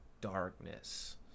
darkness